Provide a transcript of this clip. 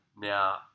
Now